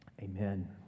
Amen